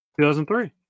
2003